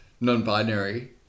Non-binary